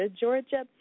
Georgia